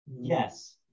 Yes